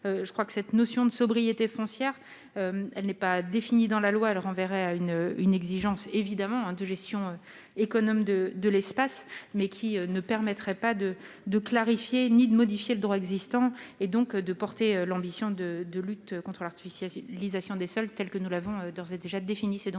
la commission, la notion de sobriété foncière n'est pas définie dans la loi. Elle renverrait évidemment à une exigence de gestion économe de l'espace, mais ne permettrait pas de clarifier ni de modifier le droit existant et, donc, de soutenir l'ambition de lutte contre l'artificialisation des sols, telle que nous l'avons d'ores et déjà définie.